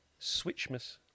Switchmas